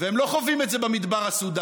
והם לא חווים את זה במדבר הסודני,